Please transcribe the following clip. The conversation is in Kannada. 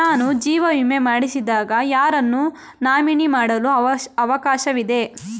ನಾನು ಜೀವ ವಿಮೆ ಮಾಡಿಸಿದಾಗ ಯಾರನ್ನು ನಾಮಿನಿ ಮಾಡಲು ಅವಕಾಶವಿದೆ?